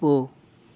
போ